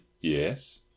Yes